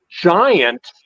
giant